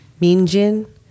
Minjin